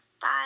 Bye